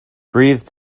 breathed